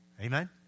Amen